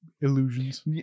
illusions